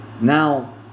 Now